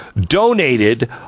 donated